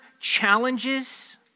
challenges